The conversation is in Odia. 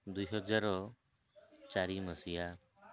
ଦୁଇ ହଜାର ଚାରି ମସିହା